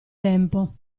tempo